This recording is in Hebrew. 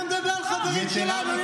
אתה מדבר על חברים שלנו?